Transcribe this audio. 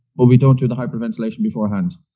but we don't do the hyperventilation beforehand.